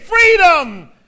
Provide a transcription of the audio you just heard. freedom